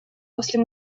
после